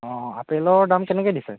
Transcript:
অঁ আপেলৰ দাম কেনেকৈ দিছে